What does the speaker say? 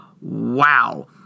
wow